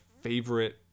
favorite